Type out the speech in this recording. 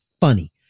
funny